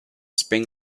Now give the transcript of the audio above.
spring